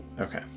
Okay